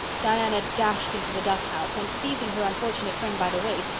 diana dashed into the duck house and, seizing her unfortunate friend by the waist,